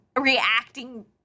reacting